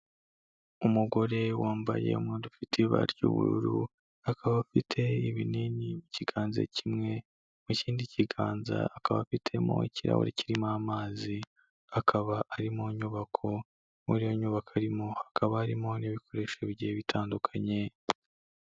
Umugore wambaye umwenda ufite ibara ry'ubururu, akaba afite ibinini mu ikiganza kimwe, mu kindi kiganza akaba afitemo ikirahure kirimo amazi. Akaba ari mu nyubako, muri iyo nyubako arimo hakaba harimo n'ibikoresho bigiye bitandukanye.